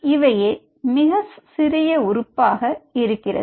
இவையே மிக சிறிய உறுப்பாக இருக்கிறது